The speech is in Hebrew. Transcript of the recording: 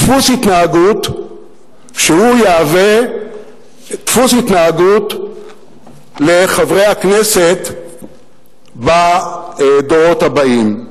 דפוס התנהגות שיהווה דפוס התנהגות לחברי הכנסת בדורות הבאים.